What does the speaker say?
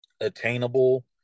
attainable